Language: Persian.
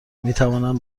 میتوانند